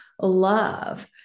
love